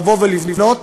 לבוא ולבנות,